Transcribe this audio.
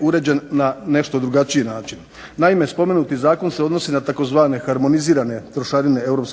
uređen na nešto drugačiji način. Naime, spomenuti zakon se odnosi na tzv. harmonizirane trošarine EU